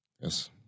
Yes